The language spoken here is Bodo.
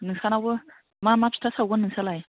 नोंसानावबो मा मा फिथा सावगोन नोंसालाय